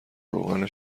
روغن